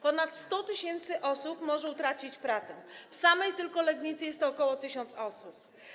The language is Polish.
Ponad 100 tys. osób może utracić pracę; w samej tylko Legnicy jest to ok. 1000 osób.